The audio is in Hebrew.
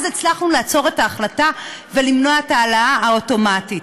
אז הצלחנו לעצור את ההחלטה ולמנוע את ההעלאה האוטומטית.